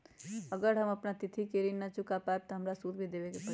अगर हम अपना तिथि पर ऋण न चुका पायेबे त हमरा सूद भी देबे के परि?